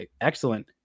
excellent